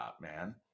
man